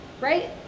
right